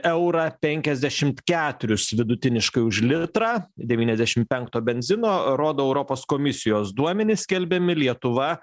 eurą penkiasdešim keturis vidutiniškai už litrą devyniasdešim penkto benzino rodo europos komisijos duomenys skelbiami lietuva